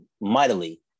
mightily